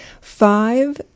five